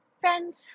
Friends